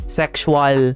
sexual